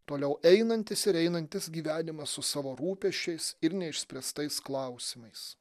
toliau einantis ir einantis gyvenimas su savo rūpesčiais ir neišspręstais klausimais